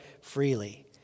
freely